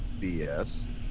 BS